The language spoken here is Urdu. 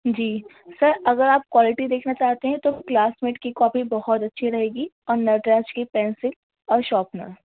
جی سر اگر آپ کوالٹی دیکھنا چاہتے ہیں تو کلاس میٹ کی کاپی بہت اچھی رہے گی اور نٹراج کی پینسل اور شاپنر